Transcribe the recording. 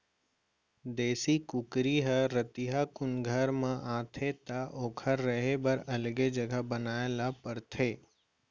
देसी कुकरी ह रतिहा कुन घर म आथे त ओकर रहें बर अलगे जघा बनाए ल परथे